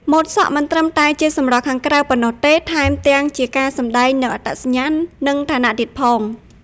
ម៉ូតសក់មិនត្រឹមតែជាសម្រស់ខាងក្រៅប៉ុណ្ណោះទេ ថែមទាំងជាការសម្ដែងនូវអត្តសញ្ញាណ និងឋានៈទៀតផង។